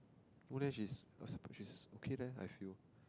no leh she's okay leh I feel